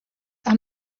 are